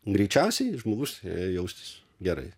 greičiausiai žmogus jaustis gerai